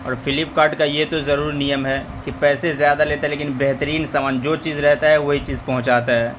اور فلپکارٹ کا یہ تو ضرور نیم ہے کہ پیسے زیادہ لیتا ہے لیکن بہترین سامان جو چیز رہتا ہے وہی چیز پہنچاتا ہے